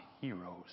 heroes